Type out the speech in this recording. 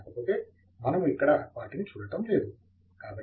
కాకపోతే మనము ఇక్కడ వాటిని చూడటం లేదు